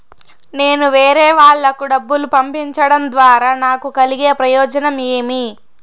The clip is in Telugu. నేను వేరేవాళ్లకు డబ్బులు పంపించడం ద్వారా నాకు కలిగే ప్రయోజనం ఏమి?